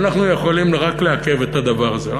אנחנו יכולים רק לעכב את הדבר הזה.